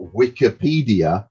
wikipedia